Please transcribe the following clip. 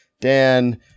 Dan